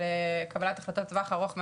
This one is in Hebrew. של קבלת החלטות לטווח הארוך מאוד,